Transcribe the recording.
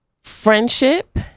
friendship